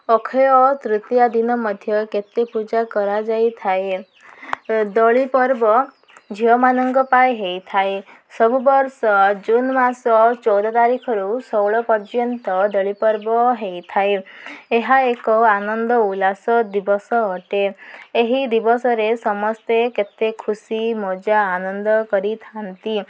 ଅକ୍ଷୟ ତୃତୀୟା ଦିନ ମଧ୍ୟ କେତେ ପୂଜା କରାଯାଇଥାଏ ଦୋଳିପର୍ବ ଝିଅମାନଙ୍କ ପାଇଁ ହେଇଥାଏ ସବୁ ବର୍ଷ ଜୁନ ମାସ ଚଉଦ ତାରିଖରୁ ଷୋହଳ ପର୍ଯ୍ୟନ୍ତ ଦୋଳିପର୍ବ ହେଇଥାଏ ଏହା ଏକ ଆନନ୍ଦ ଉଲ୍ଲାସ ଦିବସ ଅଟେ ଏହି ଦିବସରେ ସମସ୍ତେ କେତେ ଖୁସି ମଜା ଆନନ୍ଦ କରିଥାନ୍ତି